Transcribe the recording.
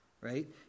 Right